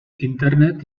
internet